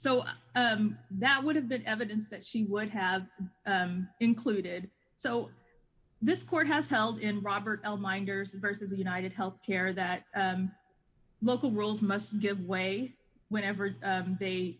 so that would have been evidence that she would have included so this court has held in robert l minders versus the united health care that local rules must give way whenever they